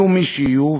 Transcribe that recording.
יהיו מי שיהיו,